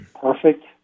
perfect